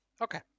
Okay